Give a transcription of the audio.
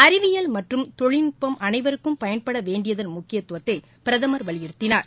அறிவியல் மற்றும் தொழில்நுட்பம் அனைவருக்கும் பயன்பட வேண்டியதன் முக்கியத்துவத்தை பிரதமர் வலியுறுத்தினார்